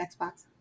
Xbox